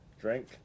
drink